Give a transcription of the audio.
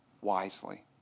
wisely